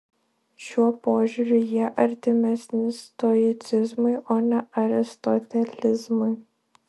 šiuo požiūriu jie artimesni stoicizmui o ne aristotelizmui